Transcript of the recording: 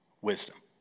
wisdom